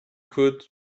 could